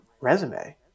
resume